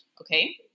Okay